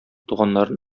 туганнарын